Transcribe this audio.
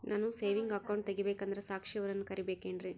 ನಾನು saving account ತೆಗಿಬೇಕಂದರ ಸಾಕ್ಷಿಯವರನ್ನು ಕರಿಬೇಕಿನ್ರಿ?